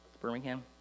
Birmingham